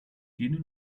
tiene